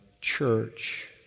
church